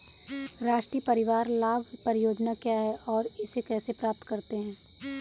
राष्ट्रीय परिवार लाभ परियोजना क्या है और इसे कैसे प्राप्त करते हैं?